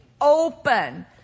open